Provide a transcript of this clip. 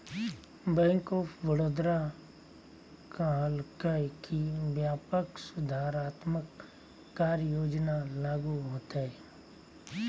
bank of Baroda कहलकय कि व्यापक सुधारात्मक कार्य योजना लागू होतय